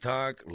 Talk